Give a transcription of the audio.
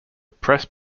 press